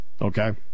Okay